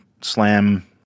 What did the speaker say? slam